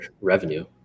revenue